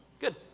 Good